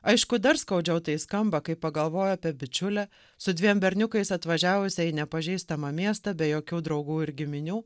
aišku dar skaudžiau tai skamba kai pagalvoju apie bičiulę su dviem berniukais atvažiavusią į nepažįstamą miestą be jokių draugų ir giminių